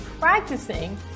practicing